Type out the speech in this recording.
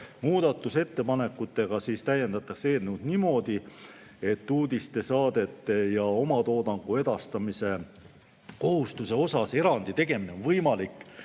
Muudatusettepanekuga täiendatakse eelnõu niimoodi, et uudistesaadete ja omatoodangu edastamise kohustuse osas erandi tegemine on võimalik